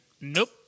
Nope